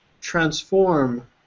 transform